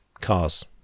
Cars